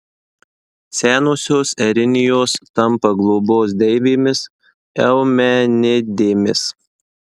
senosios erinijos tampa globos deivėmis eumenidėmis